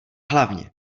hlavně